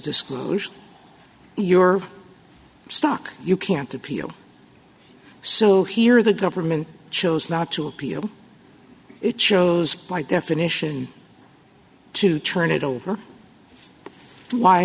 disclose your stock you can't appeal so here the government chose not to appeal it chose by definition to turn it over why